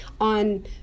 on